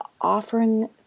offering